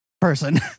person